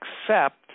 accept